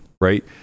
right